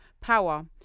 power